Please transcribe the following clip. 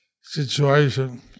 situation